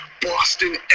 Boston